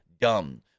dumb